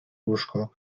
łóżko